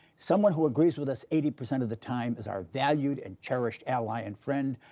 someone who agrees with us eighty percent of the time is our valued and cherished ally and friend,